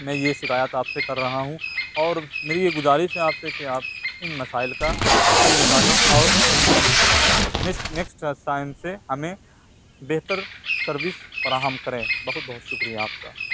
میں یہ شکایات آپ سے کر رہا ہوں اور میری یہ گزارش ہے آپ سے کہ آپ ان مسائل کا حل نکالیں اور نیسٹ نیکسٹ سائن سے ہمیں بہتر سروس فراہم کریں بہت بہت شکریہ آپ کا